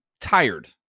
tired